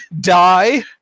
Die